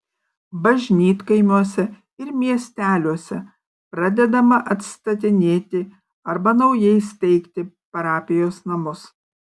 bažnytkaimiuose ir miesteliuose pradedama atstatinėti arba naujai steigti parapijos namus